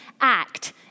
act